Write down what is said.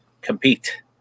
compete